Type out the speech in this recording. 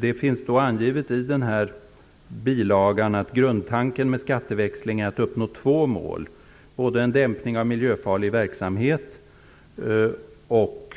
Det finns angivet i bilagan till budgetpropositionen att grundtanken med skatteväxling är att uppnå två mål: både en dämpning av miljöfarlig verksamhet och